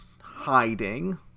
hiding